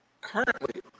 currently